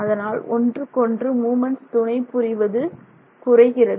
அதனால் ஒன்றுக்கொன்று மூமென்ட்ஸ் துணை புரிவது குறைகிறது